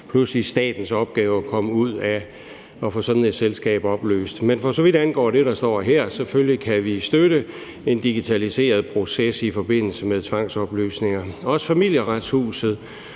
pludselig statens opgave at komme ud af det med at få sådan et selskab opløst. Men for så vidt angår det, der står her, vil jeg sige, at vi selvfølgelig kan støtte en digitaliseret proces i forbindelse med tvangsopløsninger. Også i forhold